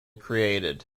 created